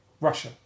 Russia